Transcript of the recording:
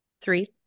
three